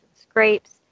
scrapes